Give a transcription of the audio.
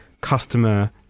customer